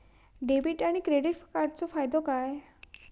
Debit आणि credit कार्डचो फायदो काय?